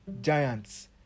giants